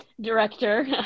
director